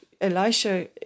Elisha